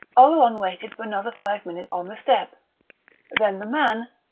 oleron waited for another five minutes on the step then the man,